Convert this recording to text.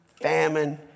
famine